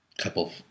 couple